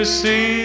see